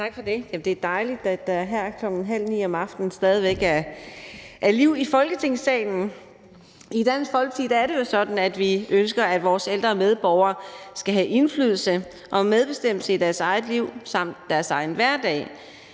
halv ni om aftenen stadig væk er liv i Folketingssalen. I Dansk Folkeparti er det jo sådan, at vi ønsker, at vores ældre medborgere skal have indflydelse og medbestemmelse i deres eget liv samt deres egen hverdag.